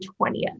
20th